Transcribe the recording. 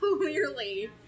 clearly